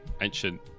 ancient